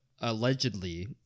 allegedly